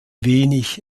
wenig